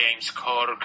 jamescork